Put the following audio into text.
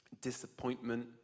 disappointment